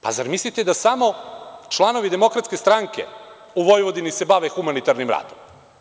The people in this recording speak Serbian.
Pa, zar mislite da samo članovi DS u Vojvodini se bave humanitarnim radom.